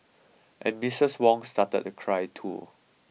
and Misses Wong started to cry too